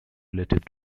relative